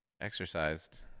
exercised